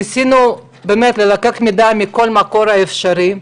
ניסינו באמת ללקט מידע מכל מקור אפשרי,